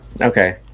Okay